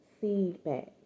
feedback